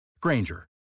Granger